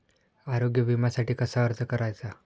आरोग्य विम्यासाठी कसा अर्ज करायचा?